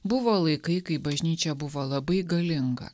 buvo laikai kai bažnyčia buvo labai galinga